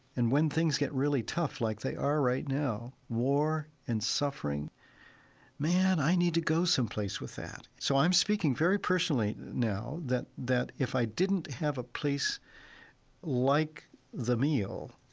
and when things get really tough, like they are right now war and suffering man, i need to go someplace with that. so i'm speaking very personally now that that if i didn't have a place like the meal,